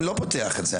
אני לא פותח את זה,